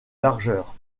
largeur